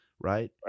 right